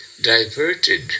diverted